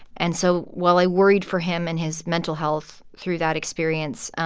and so while i worried for him and his mental health through that experience,